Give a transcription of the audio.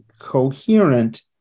coherent